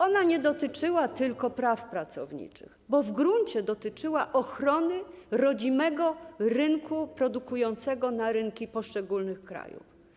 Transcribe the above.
Ona nie dotyczyła tylko praw pracowniczych, bo w gruncie dotyczyła ochrony rodzimego rynku produkującego na rynki poszczególnych krajów.